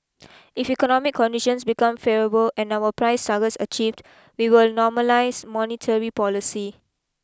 if economic conditions become favourable and our price target is achieved we will normalise monetary policy